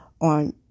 on